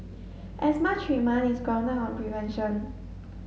asthma treatment is grounded on prevention